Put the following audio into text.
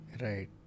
Right